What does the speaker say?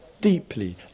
deeply